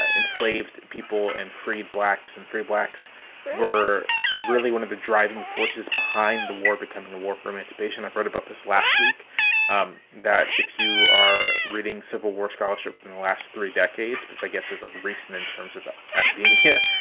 ah enslaved people and freed blacks and free blacks were really one of the driving forces behind the war, becoming a war for emancipation. i wrote about this last week um that if you are reading civil war scholarship from the last three decades, which i guess is like recent in terms of academia here,